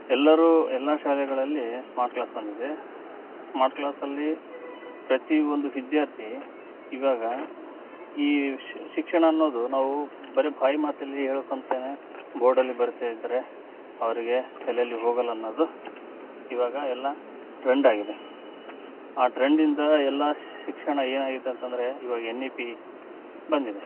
ಎಲ್ಲರು ಎಲ್ಲ ಶಾಲೆಗಳಲ್ಲಿ ಸ್ಮಾರ್ಟ್ ಕ್ಲಾಸ್ ಬಂದಿದೆ ಸ್ಮಾರ್ಟ್ ಕ್ಲಾಸಲ್ಲಿ ಪ್ರತಿ ಒಂದು ವಿದ್ಯಾರ್ಥಿ ಇವಾಗ ಈ ಶಿಕ್ಷಣ ಅನ್ನೊದು ನಾವು ಬರಿ ಬಾಯಿ ಮಾತಲ್ಲಿ ಹೇಳ್ಕೊತನೆ ಬೋರ್ಡಲ್ಲಿ ಬರಿತ ಇದ್ರೆ ಅವರಿಗೆ ತಲೇಲಿ ಹೋಗಲ್ಲ ಅನ್ನೋದು ಇವಾಗ ಎಲ್ಲ ಟ್ರೆಂಡ್ ಆಗಿದೆ ಆ ಟ್ರೆಂಡ್ ಇಂದ ಎಲ್ಲ ಶಿಕ್ಷಣ ಏನಾಗಿತ್ತು ಅಂತಂದರೆ ಇವಾಗ ಎನ್ ಇ ಪಿ ಬಂದಿದೆ